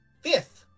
fifth